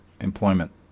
employment